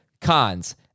cons